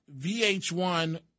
VH1